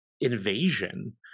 invasion